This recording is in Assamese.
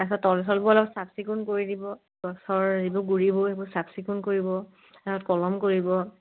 তাৰ পিছত তল চলবোৰ অলপ চাফ চিকুণ কৰি দিব গছৰ যিবোৰ গুৰিবোৰ সেইবোৰ চাফ চিকুণ কৰিব তাৰ পিছত কলম কৰিব